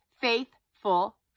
Faithful